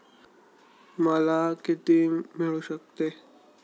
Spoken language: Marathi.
मला किती कर्ज मिळू शकते?